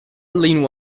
lean